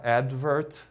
advert